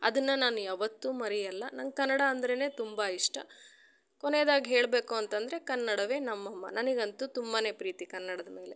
ಅದನ್ನು ನಾನು ಯಾವತ್ತು ಮರೆಯಲ್ಲ ನಂಗೆ ಕನ್ನಡ ಅಂದ್ರೇ ತುಂಬಾ ಇಷ್ಟ ಕೊನೆದಾಗಿ ಹೇಳಬೇಕು ಅಂತಂದರೆ ಕನ್ನಡವೆ ನಮ್ಮಮ್ಮ ನನಿಗಂತು ತುಂಬಾ ಪ್ರೀತಿ ಕನ್ನಡದ ಮೇಲೆ